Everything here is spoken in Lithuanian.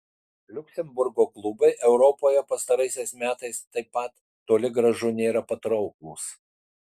liuksemburgo klubai europoje pastaraisiais metais taip pat toli gražu nėra patrauklūs